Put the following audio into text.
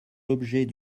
l’objet